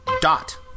Dot